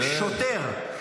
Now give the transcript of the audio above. שוטר.